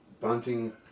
bunting